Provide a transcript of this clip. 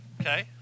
Okay